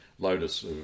Lotus